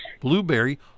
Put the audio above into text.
blueberry